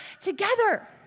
together